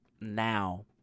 now